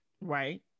right